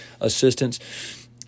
assistance